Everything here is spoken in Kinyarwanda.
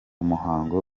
muhango